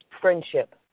friendship